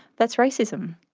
that's racism.